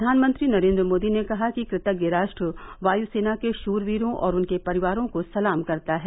प्रघानमंत्री नरेन्द्र मोदी ने कहा कि कृतज्ञ राष्ट्र वायुसेना के शूर्वीरों और उनके परिवारों को सलाम करता है